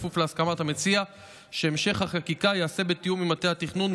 בכפוף להסכמת המציע שהמשך החקיקה ייעשה בתיאום עם מטה התכנון,